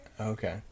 Okay